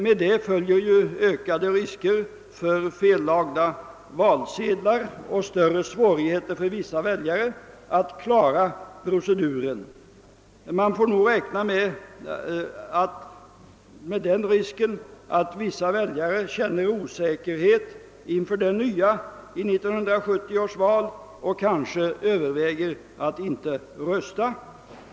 Härmed följer ökade risker för fellagda valsedlar och större svårigheter för vissa väljare att klara proceduren. Man får nog räkna med risken att vissa väljare på grund av att de känner osäkerhet inför det nya i 1970 års val överväger att inte rösta.